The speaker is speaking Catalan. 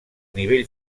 nivell